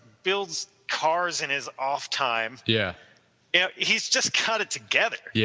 builds cars in his off time. yeah yeah he is just got it together. yeah